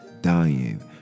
dying